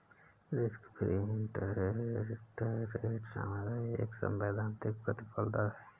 risk free interest rate सामान्यतः एक सैद्धांतिक प्रतिफल दर है